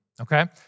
okay